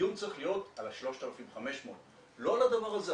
הדיון צריך להיות על ה-3,500, לא על הדבר הזה.